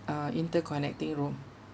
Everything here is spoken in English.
uh interconnecting room